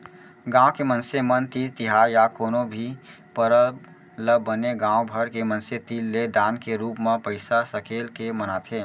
गाँव के मनसे मन तीज तिहार या कोनो भी परब ल बने गाँव भर के मनसे तीर ले दान के रूप म पइसा सकेल के मनाथे